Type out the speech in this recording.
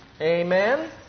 Amen